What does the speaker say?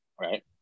right